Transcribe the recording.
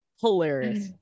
Hilarious